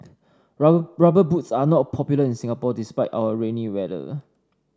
rubber boots are not popular in Singapore despite our rainy weather